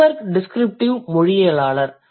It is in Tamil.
Greenberg descriptive மொழியியலாளர்